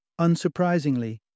Unsurprisingly